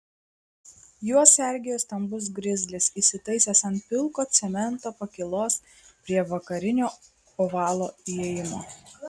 juos sergėjo stambus grizlis įsitaisęs ant pilko cemento pakylos prie vakarinio ovalo įėjimo